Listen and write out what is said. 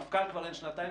מפכ"ל כבר אין שנתיים,